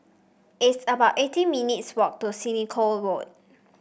it's about eighteen minutes' walk to Senoko Road